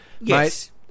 Yes